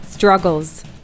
struggles